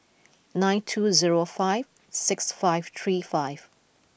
nine two zero five six five three five